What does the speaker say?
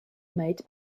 made